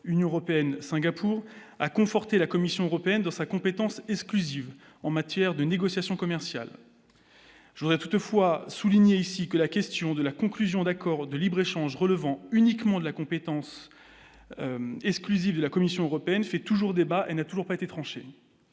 Union européenne, Singapour a conforté la Commission européenne dans sa compétence est-ce en matière de négociations commerciales je voudrais toutefois souligner ici que la question de la conclusion d'accords de libre-échange relevant uniquement de la compétence exclusive de la Commission européenne fait toujours débat et n'a toujours pas été tranché,